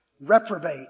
reprobate